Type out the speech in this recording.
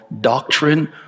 doctrine